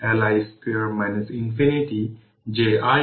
আমরা dc এর জন্য একটি ওপেন সার্কিট এর সঙ্গে ক্যাপাসিটর রিপ্লেসমেন্ট